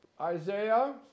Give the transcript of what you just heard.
Isaiah